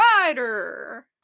rider